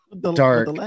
Dark